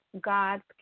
God's